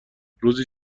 روزی